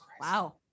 Wow